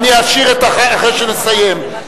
אחרי שנסיים,